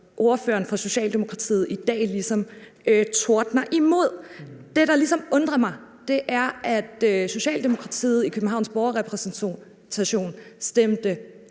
ordføreren for Socialdemokratiet i dag ligesom tordner imod. Det, der ligesom undrer mig, er, at Socialdemokratiet i Københavns Borgerrepræsentation stemte